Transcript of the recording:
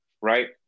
right